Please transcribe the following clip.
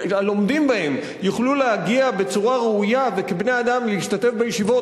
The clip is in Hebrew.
שהלומדים בהם יוכלו להגיע בצורה ראויה וכבני-אדם להשתתף בישיבות,